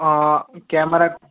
camera